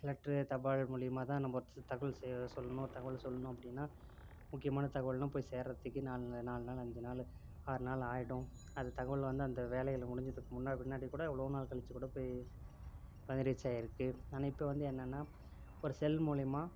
letter தபால் மூலியமாக தான் நம்ம தகவல் சொல்லணும் ஒரு தகவலை சொல்லணும் அப்படின்னா முக்கியமான தகவல்னா போய் சேர்கிறதுக்கே நாலு நாள் நாலு நாள் அஞ்சு நாள் ஆறு நாள் ஆகிடும் அந்த தகவல் வந்து அந்த வேலைகள் முடித்ததுக்கு முன்னாடி பின்னாடி கூட எவ்வளோ நாள் கழித்து கூட போய் அது ரீச் ஆகியிருக்கு ஆனால் இப்போ வந்து என்னன்னா ஒரு செல் மூலியமாக